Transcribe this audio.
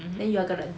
mmhmm